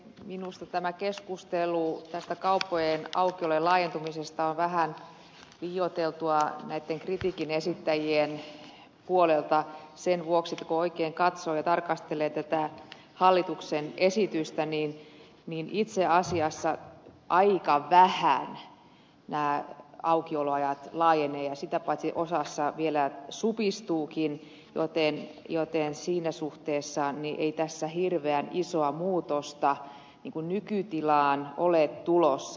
minusta tämä keskustelu kauppojen aukioloaikojen laajentumisesta on vähän liioiteltua näitten kritiikin esittäjien puolelta sen vuoksi että kun oikein katsoo ja tarkastelee tätä hallituksen esitystä niin itse asiassa aika vähän aukioloajat laajenevat ja sitä paitsi osassa vielä supistuvatkin joten siinä suhteessa tässä ei hirveän isoa muutosta nykytilaan ole tulossa